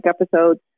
episodes